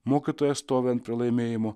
mokytojas stovi ant pralaimėjimo